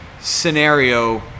scenario